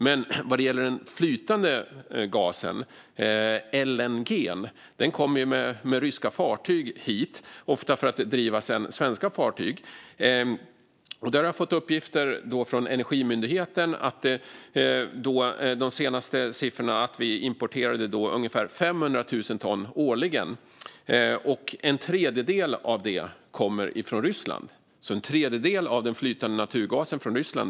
Men den flytande gasen, LNG, kommer hit med ryska fartyg, ofta för att sedan driva svenska fartyg. Jag har fått uppgift från Energimyndigheten om att vi enligt de senaste siffrorna importerar ungefär 500 000 ton årligen, varav en tredjedel från Ryssland.